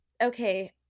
Okay